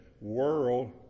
world